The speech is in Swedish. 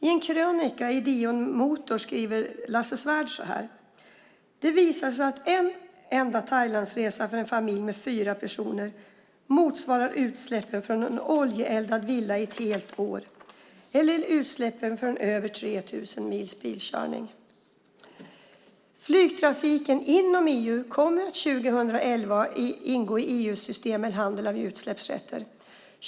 I en krönika i DN Motor skriver Lasse Swärd så här: Det visar sig att en enda Thailandsresa för en familj på fyra personer motsvarar utsläppen från en oljeeldad villa i ett helt år, eller utsläppen från över 3 000 mils bilkörning. Flygtrafiken inom EU kommer 2011 att ingå i EU:s system med handel av utsläppsrätter.